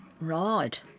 Right